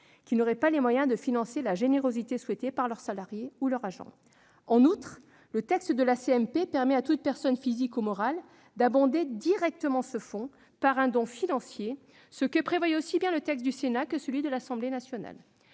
qui n'auraient pas les moyens de financer la générosité souhaitée par leurs salariés ou leurs agents. En outre, le texte de la commission mixte paritaire permet à toute personne physique ou morale d'abonder directement ce fonds par un don financier, ce que prévoyaient aussi bien le texte du Sénat que celui de l'Assemblée nationale.